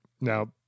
Now